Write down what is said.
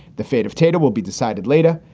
the fate of tata will be decided later.